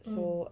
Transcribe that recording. mm